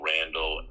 Randall